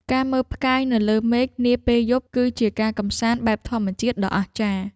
ការមើលផ្កាយនៅលើមេឃនាពេលយប់ គឺជាការកម្សាន្តបែបធម្មជាតិដ៏អស្ចារ្យ។